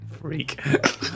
Freak